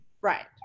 Right